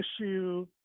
issue